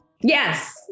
Yes